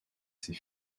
ses